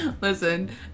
Listen